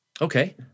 Okay